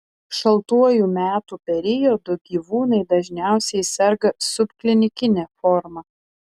šaltuoju metų periodu gyvūnai dažniausiai serga subklinikine forma